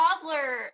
toddler